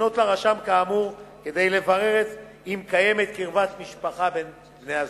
לפנות לרשם כאמור כדי לברר אם קיימת קרבת משפחה בין בני-הזוג.